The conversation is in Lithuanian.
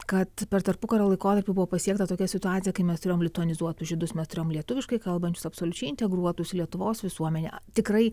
kad per tarpukario laikotarpį buvo pasiekta tokia situacija kai mes turėjome lituanizuotu žydus mes turėjom lietuviškai kalbančius absoliučiai integruotus į lietuvos visuomenę tikrai